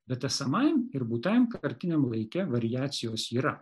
bet esamajam ir būtajam kartiniam laike variacijos yra